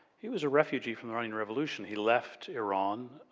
he was a refugee from the iranian revolution. he left iran,